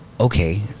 okay